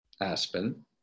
Aspen